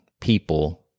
people